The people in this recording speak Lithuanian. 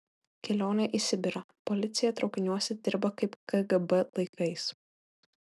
kelionė į sibirą policija traukiniuose dirba kaip kgb laikais